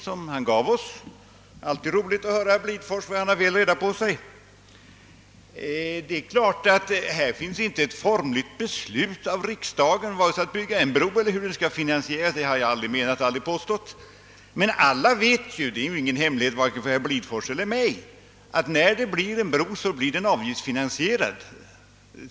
Det är alltid intressant att lyssna till herr Blidfors, som har väl reda på sig. Det finns givetvis inte något formligt beslut av riksdagen vare sig om att bygga en bro över Öresund eller om finansieringssättet — det har jag aldrig på stått. Men alla vet — dei är alltså ingen hemlighet vare sig för herr Blidfors eller för mig — att när det byggs en sådan bro blir den avgiftsfinansierad.